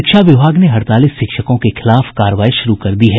शिक्षा विभाग ने हड़ताली शिक्षकों के खिलाफ कार्रवाई शुरू कर दी है